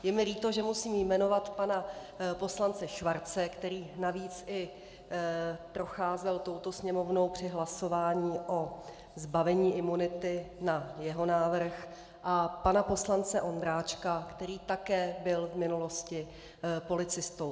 Je mi líto, že musím jmenovat pana poslance Schwarze, který navíc i procházel touto Sněmovnou při hlasování o zbavení imunity na jeho návrh, a pana poslance Ondráčka, který také byl v minulosti policistou.